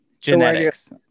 genetics